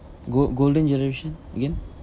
gold golden generation again